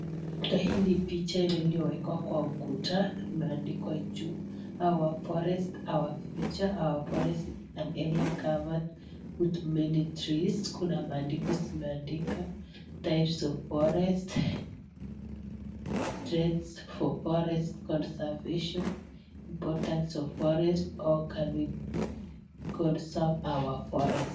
Ukuta hili picha iliyowekwa kwa ukuta imeandikwa juu our forest, our future, a forest is an area covered with many trees kuna maandiko zimeandika types of forest threats for forest conservation, importance of forest, how can we conserve our forest .